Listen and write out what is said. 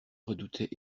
redoutait